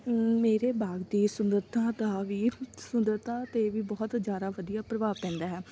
ਮੇਰੇ ਬਾਗ ਦੀ ਸੁੰਦਰਤਾ ਦਾ ਵੀ ਸੁੰਦਰਤਾ 'ਤੇ ਵੀ ਬਹੁਤ ਜ਼ਿਆਦਾ ਵਧੀਆ ਪ੍ਰਭਾਵ ਪੈਂਦਾ ਹੈ